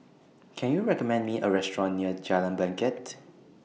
Can YOU recommend Me A Restaurant near Jalan Bangket